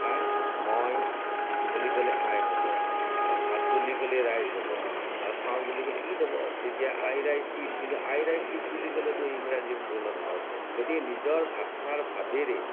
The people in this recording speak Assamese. কাৰণ মই বুলি ক'লে আই হ'ব ভাত বুলি ক'লে ৰাইচ হ'ব আৰু খাওঁ বুলি ক'লে ইট হ'ব তেতিয়া আই ৰাইচ ইট কিন্তু আই ৰাইচ ইট বুলি ক'লেটো ইংৰাজী সম্পূৰ্ণ নহয় গতিকে নিজৰ ভাষাৰ ভাৱেৰে